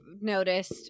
noticed